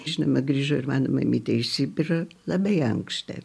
žinoma grįžo ir mano mamytė iš sibiro labai ankšta